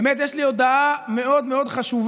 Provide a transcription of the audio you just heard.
באמת יש לי הודעה מאוד מאוד חשובה.